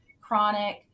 chronic